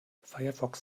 firefox